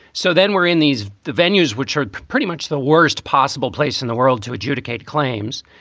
so then we're in these venues, which are pretty much the worst possible place in the world to adjudicate claims.